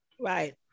Right